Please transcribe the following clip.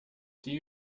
die